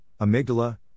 amygdala